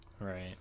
Right